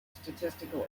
statistical